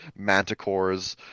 manticores